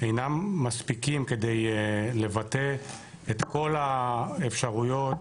אינם מספיקים כדי לבטא את כל האפשרויות